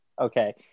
Okay